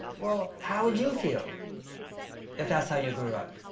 well, how would you feel if that's how you grew up?